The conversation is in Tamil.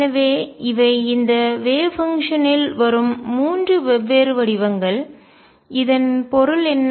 எனவே இவை இந்த வேவ் பங்ஷன்னில் அலை செயல்பாடு வரும் மூன்று வெவ்வேறு வடிவங்கள் இதன் பொருள் என்ன